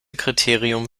kriterium